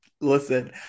Listen